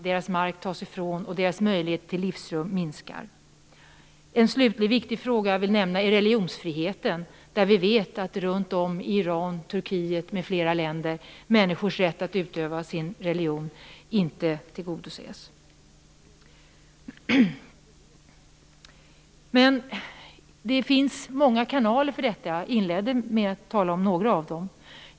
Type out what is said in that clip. Deras mark tas ifrån dem, och deras möjlighet till livsrum minskar. Slutligen vill jag som en viktig fråga nämna religionsfriheten. Vi vet att människors rätt att utöva sin religion inte tillgodoses i Iran, Turkiet m.fl. länder. Det finns många kanaler för detta. Jag inledde med att tala om några av dem.